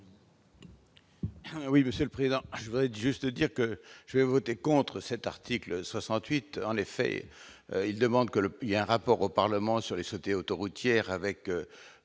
Oui, le c'est le prix, là je voudrais juste dire que je vais voter contre cet article 68 en effet, il demande que le il y a un rapport au Parlement sur les autoroutière avec